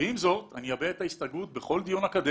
ועם זאת אני אביע את ההסתייגות בכל דיון אקדמי,